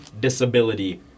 disability